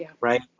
right